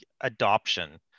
adoption